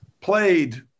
played